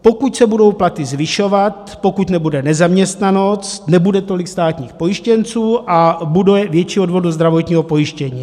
Pokud se budou platy zvyšovat, pokud nebude nezaměstnanost, nebude tolik státních pojištěnců a bude větší odvod do zdravotního pojištění.